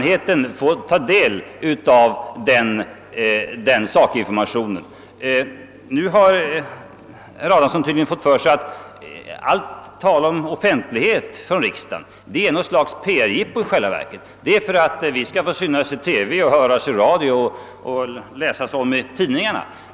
Herr Adamsson har tydligen fått för sig att allt tal om offentlighet i fråga om riksdagens arbete i själva verket är något slags PR-jippo för att vi skall bli sedda i TV eller höras i radio eller för att det skall skrivas om oss i tidningarna.